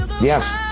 Yes